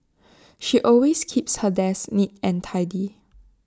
she always keeps her desk neat and tidy